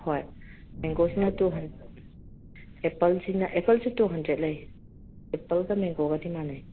ꯍꯣꯏ ꯃꯦꯡꯒꯣꯁꯤꯅ ꯇꯨ ꯑꯦꯄꯜꯁꯤꯅ ꯑꯦꯄꯜꯁꯨ ꯇꯨ ꯍꯟꯗ꯭ꯔꯦꯠ ꯂꯩꯌꯦ ꯑꯦꯄꯜꯒ ꯃꯦꯡꯒꯣꯒꯗꯤ ꯃꯥꯟꯅꯩ